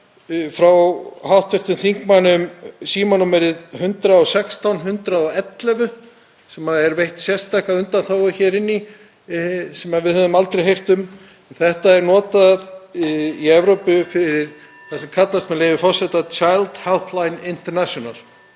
frá hv. þingmanni um símanúmerið 116 111, sem veitt er sérstök undanþága hér inni, en við höfum aldrei heyrt um. Þetta er notað í Evrópu fyrir það sem kallast, með leyfi forseta: Child Helpline International,